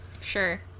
Sure